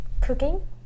cooking